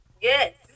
Yes